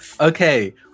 Okay